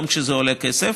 גם כשזה עולה כסף,